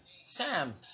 Sam